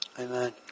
Amen